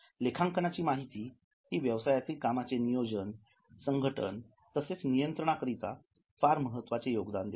लेखांकनाची माहिती ही व्यवसायातील कामांचे नियोजन संघटन तसेच नियंत्रणाकरिता फार महत्त्वाचे योगदान देते